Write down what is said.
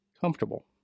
comfortable